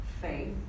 faith